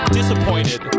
disappointed